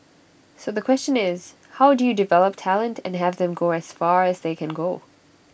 so the question is how do you develop talent and have them go as far as they can go